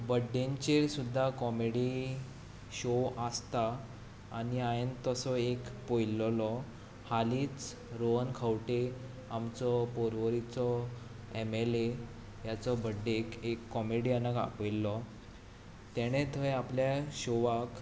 बर्थडेचेर सुद्दां comedy show आसता आनी हांवें तसो एक पळयिल्लो हालींच रोहन खंवटे आमचो पर्वरीचो एम एल ए हाचो बर्थडेक एक कॉमेडियनाक आपयिल्लो तांणे थंय आपल्या शोवाक